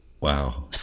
wow